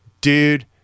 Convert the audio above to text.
dude